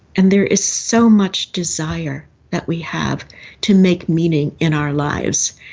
and there is so much desire that we have to make meaning in our lives.